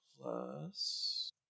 plus